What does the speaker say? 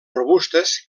robustes